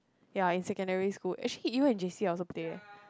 ya in secondary school actually even in J_C I also play